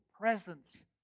presence